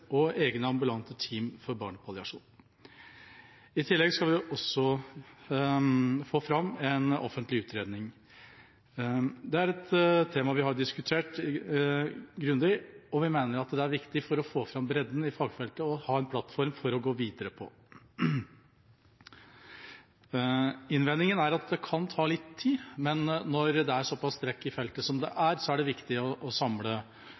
og egne ambulante team for barnepalliasjon. I tillegg skal vi også få fram en offentlig utredning. Det er et tema vi har diskutert grundig, og vi mener det er viktig for å få fram bredden i fagfeltet å ha en plattform å gå videre på. Innvendingen er at det kan ta litt tid, men når det er såpass strekk i feltet som det er, er det viktig å samle laget og bruke tida til å